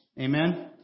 Amen